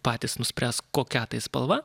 patys nuspręs kokia tai spalva